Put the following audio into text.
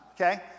okay